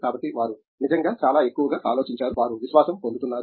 కాబట్టి వారు నిజంగా చాలా ఎక్కువగా ఆలోచించారు వారు విశ్వాసం పొందుతున్నారు